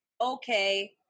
okay